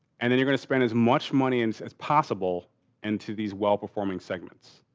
and then you're going to spend as much money and as possible into these well performing segments.